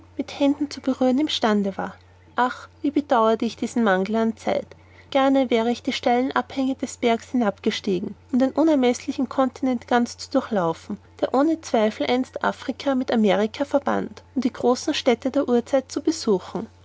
mit händen zu berühren im stande war ach wie bedauerte ich diesen mangel an zeit gerne wäre ich die steilen abhänge des berges hinab gestiegen um den unermeßlichen continent ganz zu durchlaufen der ohne zweifel einst afrika mit amerika verband um die großen städte der urzeit zu besuchen